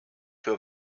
für